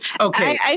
Okay